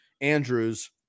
Andrews